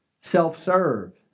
Self-serve